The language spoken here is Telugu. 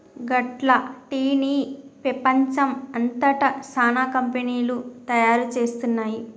గట్ల టీ ని పెపంచం అంతట సానా కంపెనీలు తయారు చేస్తున్నాయి